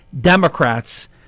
Democrats